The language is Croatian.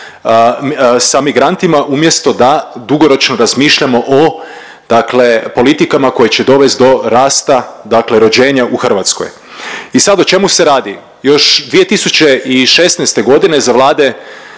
sa migrantima umjesto da dugoročno razmišljamo o, dakle politikama koje će dovesti do rasta, dakle rođenja u Hrvatskoj. I sad o čemu se radi? Još 2016. godine za vlade